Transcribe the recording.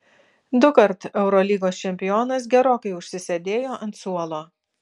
dukart eurolygos čempionas gerokai užsisėdėjo ant suolo